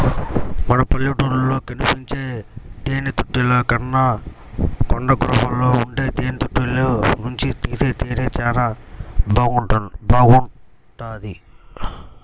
మన పల్లెటూళ్ళలో కనిపించే తేనెతుట్టెల కన్నా కొండగుహల్లో ఉండే తేనెతుట్టెల్లోనుంచి తీసే తేనె చానా బాగుంటది